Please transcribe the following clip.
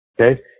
Okay